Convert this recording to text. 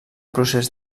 procés